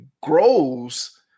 grows